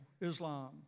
Islam